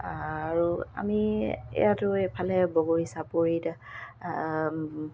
আৰু আমি ইয়াতো এইফালে বগৰী চাপৰি